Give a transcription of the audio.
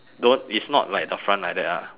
don't it's not like the front like that ah